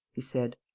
he said.